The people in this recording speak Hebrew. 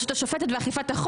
השבת לי,